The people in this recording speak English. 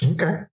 Okay